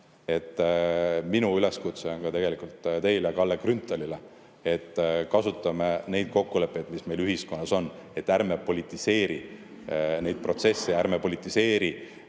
Minu üleskutse on tegelikult ka teile, Kalle Grünthal, et kasutame neid kokkuleppeid, mis meil ühiskonnas on. Ärme politiseerime neid protsesse ja ärme politiseerime